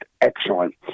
excellent